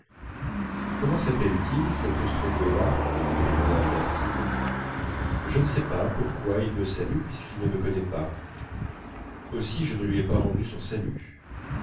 comment s'appelle-t-il cet ostrogoth là me demanda albertine je ne sais pas pourquoi il me salue puisqu'il ne me connaît pas aussi je ne lui ai pas rendu son salut